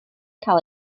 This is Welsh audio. cael